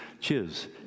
cheers